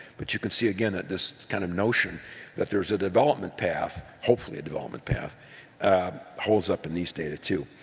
but you can see again that this kind of notion that there's a development path, hopefully a development path holds up in these data too.